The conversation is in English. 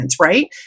Right